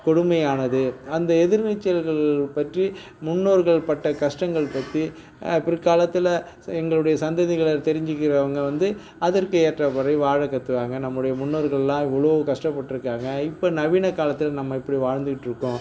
கொடுமையானது அந்த எதிர் நீச்சல்கள் பற்றி முன்னோர்கள் பட்ட கஷ்டங்கள் பற்றி பிற்காலத்தில் ச எங்களுடைய சந்ததிகளை தெரிஞ்சுக்கிறவங்க வந்து அதற்கு ஏற்ற மாதிரி வாழ கத்துவாங்கள் நம்முடைய முன்னோர்கள் எல்லாம் இவ்வளோ கஷ்டப்பட்டிருக்காங்க இப்போ நவீன காலத்தில் நம்ம இப்படி வாழ்ந்துகிட்ருக்கோம்